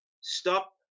stop